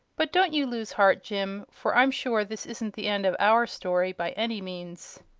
but don't you lose heart, jim, for i'm sure this isn't the end of our story, by any means.